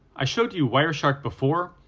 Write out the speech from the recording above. i showed you wireshark before,